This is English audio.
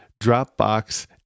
Dropbox